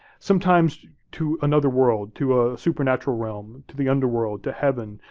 sometimes to another world, to a supernatural realm, to the underworld, to heaven,